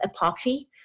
epoxy